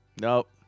Nope